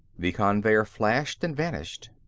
the conveyer flashed and vanished.